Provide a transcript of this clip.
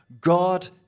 God